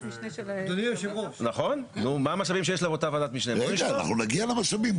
רגע, אנחנו נגיע למשאבים.